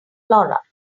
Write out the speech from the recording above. flora